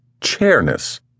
chairness